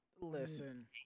listen